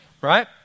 right